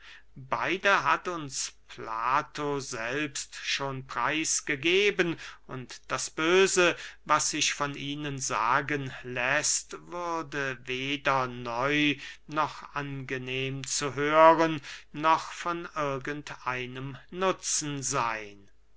beide hat uns plato selbst schon preis gegeben und das böse was sich von ihnen sagen ließe würde weder neu noch angenehm zu hören noch von irgend einem nutzen seyn